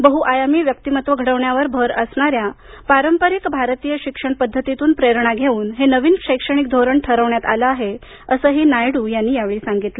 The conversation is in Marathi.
बहुआयामी व्यक्तिमत्त्व घडविण्यावर भर असणाऱ्या पारंपरिक भारतीय शिक्षण पद्धतीतून प्रेरणा घेऊन हे नवीन शैक्षणिक धोरण ठरविण्यात आलं आहे असंही नायडू यांनी या वेळी सांगितलं